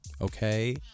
Okay